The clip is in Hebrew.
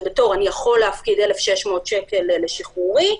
בתור: אני יכול להפקיד 1,600 שקל לשחרורי.